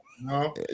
no